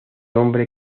hombre